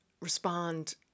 respond